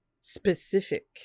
Specific